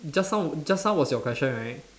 just now just now was your question right